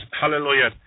hallelujah